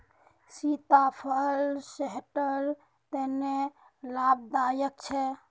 सीताफल सेहटर तने लाभदायक छे